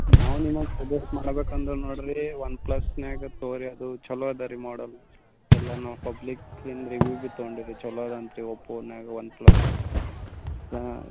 ನಾವು ನಿಮಗ್ ಸಜೆಸ್ಟ್ ಮಾಡಬೇಕಂದ್ರೆ ನೋಡಿರಿ ಒನ್ಪ್ಲಸ್ನ್ಯಾಗ ತಗೊಳಿ ಅದು ಛಲೋ ಅದಾ ರೀ ಮಾಡಲ್ ಎಲ್ಲ ಪಬ್ಲಿಕ್ಕಿಂದ್ ರಿವ್ಯೂ ಭೀ ತೊಗೊಂಡಿರ್ರಿ ಛಲೋ ಅದಾ ಅಂತೆ ರೀ ಒಪೋನ್ಯಾಗ ಒನ್ಪ್ಲಸ್ ಹಾಂ